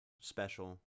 special